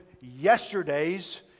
yesterday's